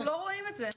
אנחנו לא רואים את זה.